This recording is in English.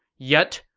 yet,